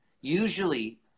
usually